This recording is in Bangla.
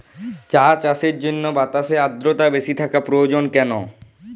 চা চাষের জন্য বাতাসে আর্দ্রতা বেশি থাকা প্রয়োজন কেন?